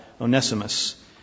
Onesimus